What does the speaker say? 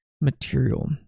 material